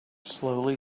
slowly